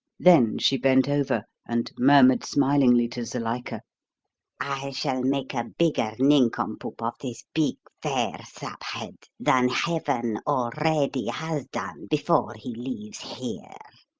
then she bent over and murmured smilingly to zuilika i shall make a bigger nincompoop of this big, fair sap-head than heaven already has done before he leaves here,